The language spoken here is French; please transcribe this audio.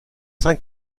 saint